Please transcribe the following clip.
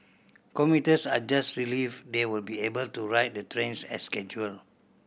commuters are just relieved they will be able to ride the trains as scheduled